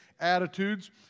attitudes